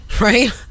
right